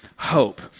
hope